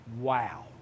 wow